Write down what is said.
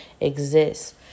exists